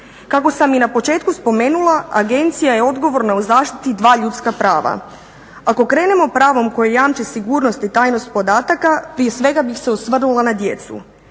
Kako sam i na početku spomenula, agencija je odgovorna u zaštiti dva ljudska prava. Ako krenemo pravom koje jamči sigurnost i tajnost podataka prije svega bih se osvrnula na djecu.